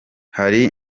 hari